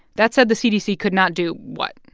that said the cdc could not do what?